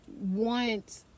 want